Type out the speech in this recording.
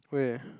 where